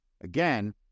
again